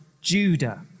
Judah